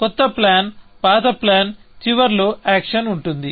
కొత్త ప్లాన్ పాత ప్లాన్ చివర్లో యాక్షన్ ఉంటుంది